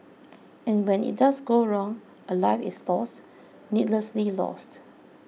and when it does go wrong a life is lost needlessly lost